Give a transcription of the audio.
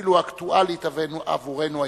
אפילו אקטואלית, עבורנו הישראלים.